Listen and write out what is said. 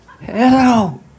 Hello